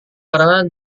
karena